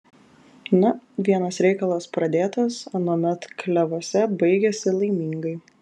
na vienas reikalas pradėtas anuomet klevuose baigiasi laimingai